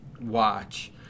watch